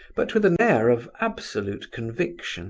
but with an air of absolute conviction